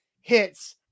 hits